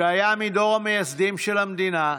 שהיה מדור המייסדים של המדינה,